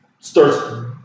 Starts